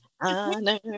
honor